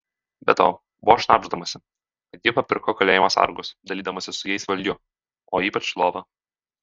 be to buvo šnabždamasi kad ji papirko kalėjimo sargus dalydamasi su jais valgiu o ypač lova